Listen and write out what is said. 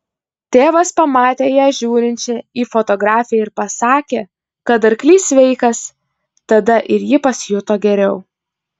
tėvas pamatė ją žiūrinčią į fotografiją ir pasakė kad arklys sveikas tada ir ji pasijuto geriau